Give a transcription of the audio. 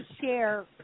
share